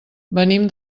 venim